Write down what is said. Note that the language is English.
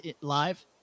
live